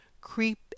creep